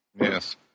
Yes